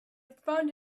found